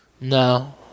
No